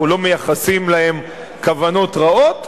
אנחנו לא מייחסים להם כוונות רעות,